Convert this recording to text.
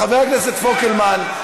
חבר הכנסת פולקמן,